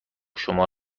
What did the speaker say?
شما